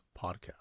podcast